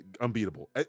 unbeatable